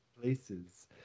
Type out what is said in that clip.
places